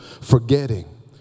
Forgetting